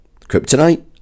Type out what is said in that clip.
kryptonite